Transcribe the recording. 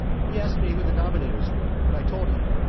he asked me who the nominators were and i told him.